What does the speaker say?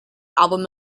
album